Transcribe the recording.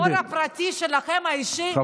העור הפרטי שלכם, האישי, מעניין אתכם.